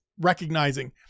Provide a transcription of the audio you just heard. recognizing